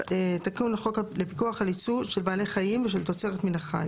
תיקון חוק לפיקוח על יצוא של בעלי חיים ושל תוצרת מן החי